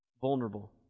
vulnerable